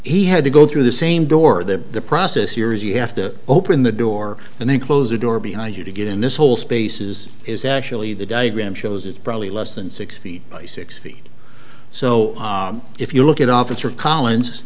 he had to go through the same door the process here is you have to open the door and then close the door behind you to get in this hole spaces is actually the diagram shows it probably less than six feet by six feet so if you look at officer collins